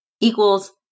equals